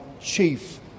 chief